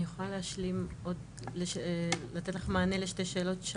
אני יכולה להשלים עוד, לתת לך מענה לשתי שאלות?